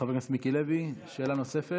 חבר הכנסת מיקי לוי, שאלה נוספת.